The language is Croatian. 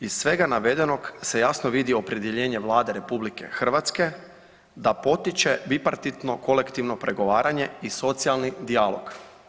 Iz svega navedenog se jasno vidi opredjeljenje Vlade RH da potiče bipartitno kolektivno pregovaranje i socijalni dijalog.